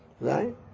right